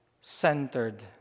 centered